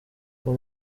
uwo